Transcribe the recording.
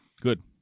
Good